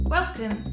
Welcome